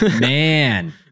MAN